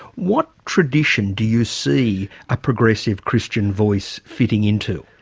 what tradition do you see a progressive christian voice fitting into?